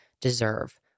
deserve